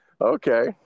Okay